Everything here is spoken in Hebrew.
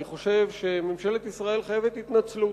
אני חושב שממשלת ישראל חייבת התנצלות,